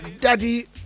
Daddy